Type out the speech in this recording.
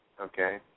Okay